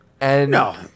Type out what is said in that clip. No